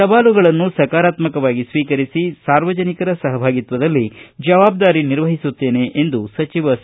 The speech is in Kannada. ಸವಾಲುಗಳನ್ನು ಸಕಾರಾತ್ಮಕವಾಗಿ ಸ್ವೀಕರಿಸಿ ಸಾರ್ವಜನಿಕರ ಸಹಭಾಗಿತ್ವದಲ್ಲಿ ಜವಾಬ್ದಾರಿ ನಿರ್ವಹಿಸುತ್ತೇನೆ ಎಂದು ಸಿ